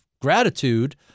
gratitude